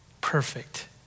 perfect